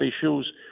issues